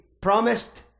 promised